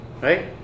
Right